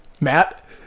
Matt